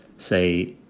say,